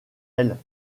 ailes